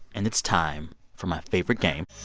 and it's time for my favorite game.